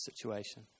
situation